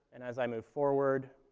and as i move forward,